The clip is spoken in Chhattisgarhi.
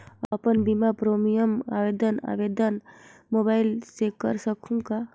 अपन बीमा प्रीमियम आवेदन आवेदन मोबाइल से कर सकहुं का?